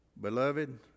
Beloved